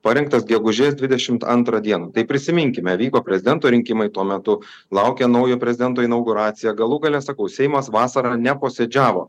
parengtas gegužės dvidešimt antrą dieną tai prisiminkime vyko prezidento rinkimai tuo metu laukė naujo prezidento inauguracija galų gale sakau seimas vasarą neposėdžiavo